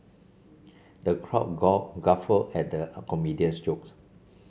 the crowd guffawed at the a comedian's jokes